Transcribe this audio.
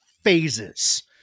phases